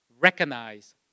recognize